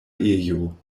ejo